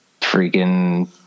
Freaking